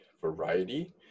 variety